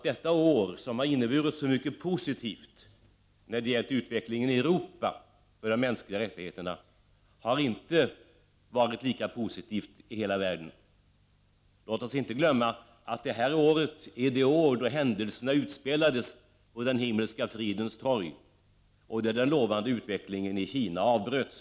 Detta år, som har inneburit så mycket positivt när det gällt utvecklingen i Europa för de mänskliga rättigheterna, har inte varit lika positivt i hela världen. Vi får inte glömma att det här året är det år då händelserna på den Himmelska fridens torg utspelades och då den lovande utvecklingen i Kina avbröts.